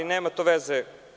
Nema to veze.